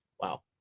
wow